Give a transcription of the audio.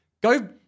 go